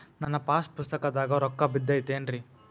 ನನ್ನ ಪಾಸ್ ಪುಸ್ತಕದಾಗ ರೊಕ್ಕ ಬಿದ್ದೈತೇನ್ರಿ?